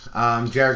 Jared